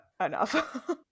enough